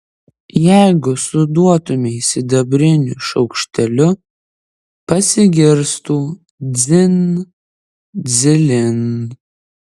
jeigu suduotumei sidabriniu šaukšteliu pasigirstų dzin dzilin